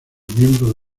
miembros